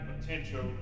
potential